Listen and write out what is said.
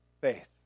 faith